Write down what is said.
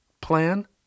Plan